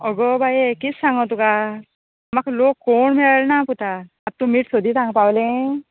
अगो बाये कित सांगो तुका म्हाका लोक कोण मेळ ना पुता तूं मीठ सोदीत हांगा पावलें